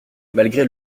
malgré